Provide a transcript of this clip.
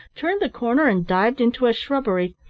turned the corner and dived into a shrubbery.